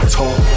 talk